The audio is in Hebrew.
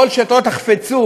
כל שתחפצו,